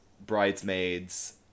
Bridesmaids